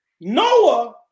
Noah